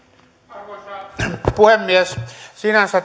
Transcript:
puhemies sinänsä